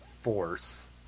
force